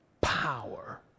Power